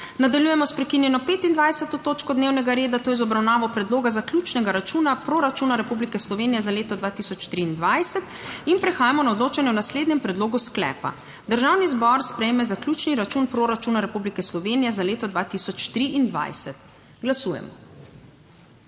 Nadaljujemo s prekinjeno 25. točko dnevnega reda, to je z obravnavo Predloga zaključnega računa proračuna Republike Slovenije za leto 2023. Prehajamo na odločanje o naslednjem predlogu sklepa: Državni zbor sprejme zaključni račun proračuna Republike Slovenije za leto 2023. Glasujemo.